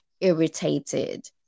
irritated